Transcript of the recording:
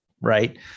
Right